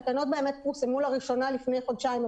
התקנות פורסמו לראשונה לפני חודשיים,